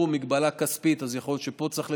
הוא מגבלה כספית אז יכול להיות שפה צריך לתקן,